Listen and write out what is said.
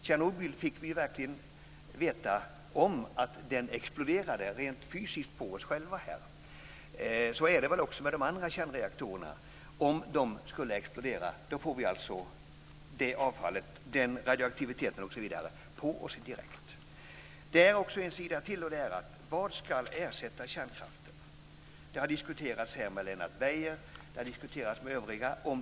När det gällde Tjernobyl fick vi verkligen veta om att den exploderade rent fysiskt på oss själva. Så är det väl också med de andra kärnreaktorerna om de skulle explodera. Då får vi alltså den radioaktiviteten direkt på oss. Det finns ytterligare en sida av detta, nämligen vad som ska ersätta kärnkraften. Det har tagits upp här av Lennart Beijer och övriga.